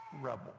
rebel